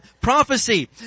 prophecy